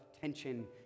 tension